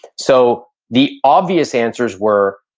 so the obvious answers were,